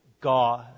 God